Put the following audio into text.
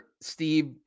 steve